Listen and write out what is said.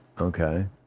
Okay